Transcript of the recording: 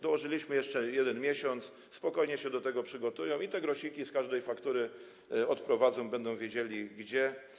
Dołożyliśmy jeszcze miesiąc, spokojnie do tego się przygotują i te grosiki z każdej faktury odprowadzą, będą wiedzieli gdzie.